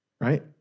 Right